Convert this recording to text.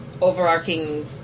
overarching